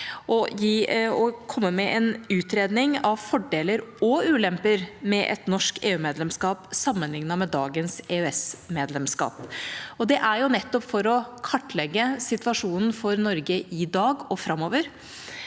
og komme med en utredning av fordeler og ulemper med et norsk EU-medlemskap sammenlignet med dagens EØS-medlemskap. Det er nettopp for å kartlegge situasjonen for Norge i dag og framover.